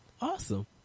Awesome